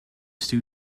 stew